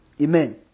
Amen